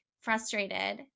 frustrated